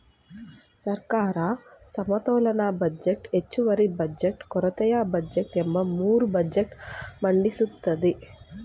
ಸರ್ಕಾರ ಸಮತೋಲನ ಬಜೆಟ್, ಹೆಚ್ಚುವರಿ ಬಜೆಟ್, ಕೊರತೆಯ ಬಜೆಟ್ ಎಂಬ ಮೂರು ಬಜೆಟ್ ಮಂಡಿಸುತ್ತದೆ